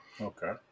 Okay